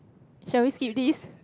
shall we skip this